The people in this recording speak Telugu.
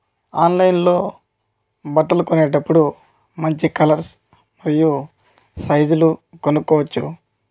ఆన్లైన్లో బట్టలు కొనేటప్పుడు మంచి కలర్స్ అయ్యో సైజ్లు కొనుక్కోవచ్చు